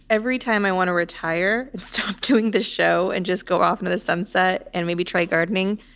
every time i want to retire stop doing the show and just go off into the sunset and maybe try gardening,